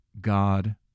God